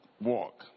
Walk